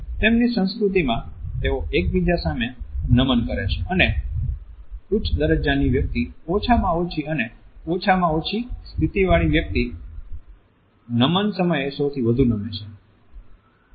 તેમની સંસ્કૃતિમાં તેઓ એકબીજા સામે નમન કરે છે અને ઉચ્ચ દરજ્જાની વ્યક્તિ ઓછામાં ઓછી અને ઓછામાં ઓછી સ્થિતિવાળી વ્યક્તિ નમન સમયે સૌથી વધુ નમે છે